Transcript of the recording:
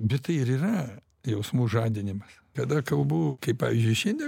bet tai ir yra jausmų žadinimas tada kalbu kaip pavyzdžiui šiandien